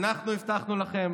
אנחנו הבטחנו לכם